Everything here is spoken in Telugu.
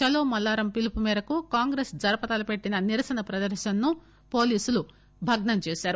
చలో మల్లారం పిలుపు మేరకు కాంగ్రెస్ జరపతలపెట్టిన నిరసన ప్రదర్రనను పోలీసులు భగ్పం చేసారు